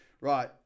Right